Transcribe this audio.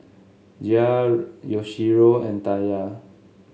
Jair Yoshio and Taya